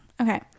Okay